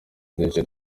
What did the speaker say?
duce